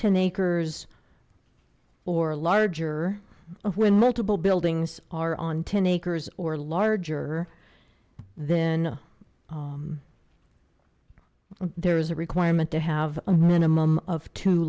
ten acres or larger of when multiple buildings are on ten acres or larger then there is a requirement to have a minimum of two